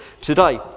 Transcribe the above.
today